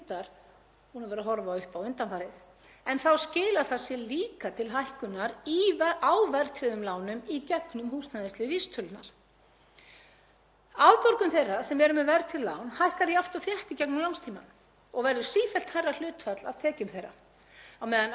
Afborgun þeirra sem eru með verðtryggð lán hækkar jafnt og þétt í gegnum lánstímann og verður sífellt hærra hlutfall af tekjum þeirra á meðan afborganir þeirra sem eru með óverðtryggt lán sveiflast vissulega vegna breytilegra vaxta en verða samt sífellt lægra hlutfall af tekjum eftir því sem líður á lánstímann.